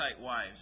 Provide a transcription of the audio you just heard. wives